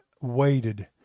waited